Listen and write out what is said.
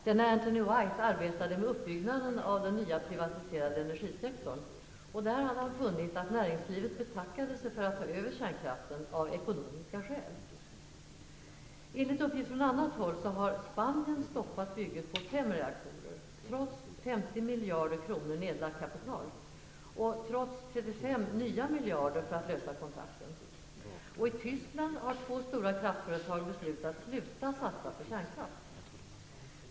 Denne Anthony White arbetade med uppbyggnaden av den nya privatiserade energisektorn. Där hade han funnit att näringslivet betackade sig för att ta över kärnkraften, av ekonomiska skäl. Enligt uppgift från annat håll har Spanien stoppat bygget på fem reaktorer, trots 50 miljarder kronor nedlagt kapital och trots 35 nya miljarder för att lösa kontrakten. I Tyskland har två stora kraftföretag beslutat sluta satsa på kärnkraft.